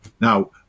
Now